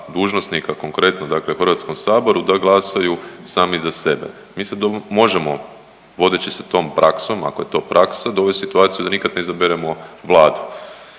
dužnosnika konkretno, dakle u Hrvatskom saboru da glasaju sami za sebe. Mi se možemo vodeći se tom praksom, ako je to praksa dovesti u situaciju da nikad ne izaberemo Vladu.